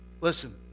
Listen